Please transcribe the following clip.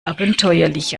abenteuerlich